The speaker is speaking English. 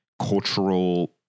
cultural